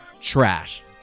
Trash